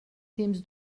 temps